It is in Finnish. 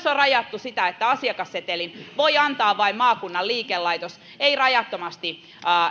on rajattu sitä että asiakassetelin voi antaa vain maakunnan liikelaitos ei rajattomasti